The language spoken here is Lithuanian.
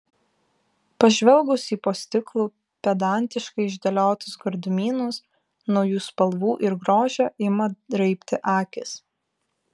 pažvelgus į po stiklu pedantiškai išdėliotus gardumynus nuo jų spalvų ir grožio ima raibti akys